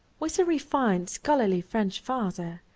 with a refined, scholarly french father,